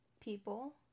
people